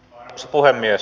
arvoisa puhemies